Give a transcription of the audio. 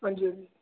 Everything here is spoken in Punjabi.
ਹਾਂਜੀ ਹਾਂਜੀ